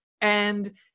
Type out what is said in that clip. And-